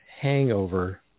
hangover